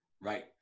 right